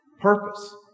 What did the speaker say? purpose